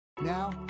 now